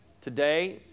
Today